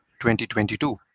2022